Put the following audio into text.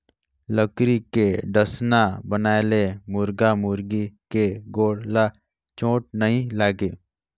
लकरी के डसना बनाए ले मुरगा मुरगी के गोड़ ल चोट नइ लागे